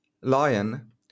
Lion